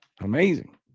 Amazing